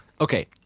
Okay